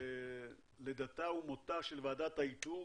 על לידתה ומותה של ועדת האיתור